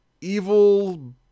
evil